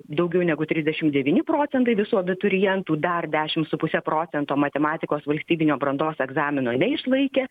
daugiau negu trisdešimt devyni procentai visų abiturientų dar dešimt su puse procento matematikos valstybinio brandos egzamino neišlaikė